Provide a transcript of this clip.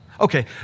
Okay